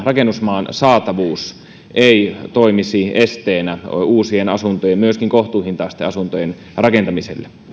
rakennusmaan saatavuus ei toimisi esteenä uusien asuntojen myöskin kohtuuhintaisten asuntojen rakentamiselle